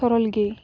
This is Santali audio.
ᱥᱚᱨᱚᱞ ᱜᱮ